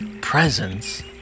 presence